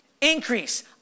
Increase